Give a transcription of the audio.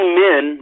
men